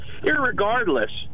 irregardless